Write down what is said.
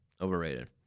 overrated